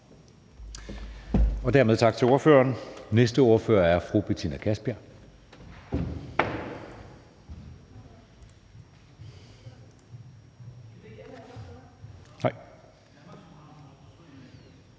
Dermed tak til ordføreren. Den næste ordfører er fru Betina Kastbjerg.